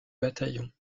bataillon